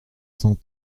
cent